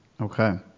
Okay